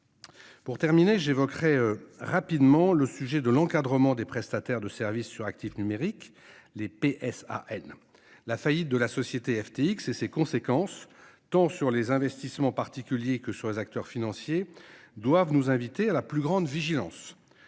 Pour terminer, j'évoquerai rapidement le sujet de l'encadrement des prestataires de services sur actifs numériques Les P S A N.. La faillite de la société FTX et ses conséquences, tant sur les investissements particuliers que sur les acteurs financiers doivent nous inviter à la plus grande vigilance.